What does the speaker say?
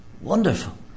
Wonderful